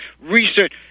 research